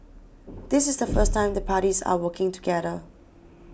this is the first time the parties are working together